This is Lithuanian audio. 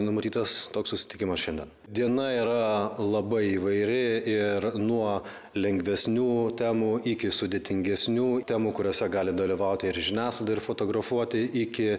numatytas toks susitikimas šiandien diena yra labai įvairi ir nuo lengvesnių temų iki sudėtingesnių temų kuriose gali dalyvauti ir žiniasklaida ir fotografuoti iki